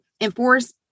enforce